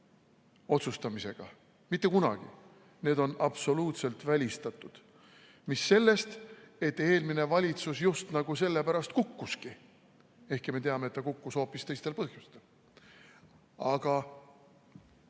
ümberotsustamisega. Mitte kunagi. Need on absoluutselt välistatud, mis sellest, et eelmine valitsus just nagu selle pärast kukkuski, ehkki me teame, et ta kukkus hoopis teistel põhjustel. Aga